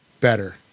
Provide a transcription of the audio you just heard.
better